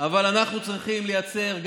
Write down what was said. אבל אנחנו צריכים לייצר,